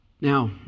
Now